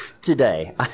today